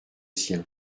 sien